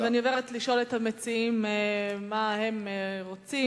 אני עוברת לשאול את המציעים מה הם רוצים.